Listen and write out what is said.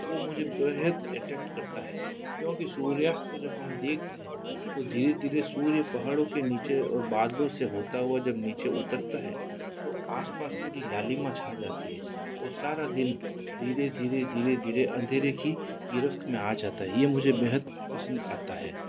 वो मुझे बेहद अट्रैक्ट करता है क्योंकि सूर्यास्त को जब हम देखते हैं तो धीरे धीरे सूर्या पहाड़ों के नीचे और बादलों से होता हुआ जब नीचे उतरता है तो आसपास पूरी लालिमा छा जाती है और सारा दिन धीरे धीरे धीरे धीरे अंधेरे की गिरफ़्त में आ जाता है ये मुझे बेहद पसंद आता है